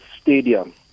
Stadium